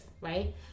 Right